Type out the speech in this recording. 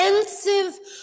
expensive